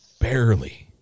barely